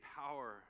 power